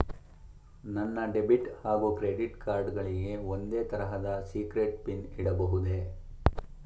ನನ್ನ ಡೆಬಿಟ್ ಹಾಗೂ credit card ಗಳಿಗೆ ಒಂದೇ ತರಹದ ಸೀಕ್ರೇಟ್ ಪಿನ್ ಇಡಬಹುದೇ?